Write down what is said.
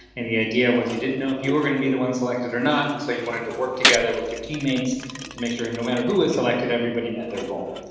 and the idea was you didn't know if you were going to be the one selected or not, and so you wanted to work together with your teammates to make sure and no matter who was selected everybody met their goal.